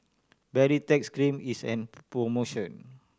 Baritex Cream is in promotion